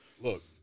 look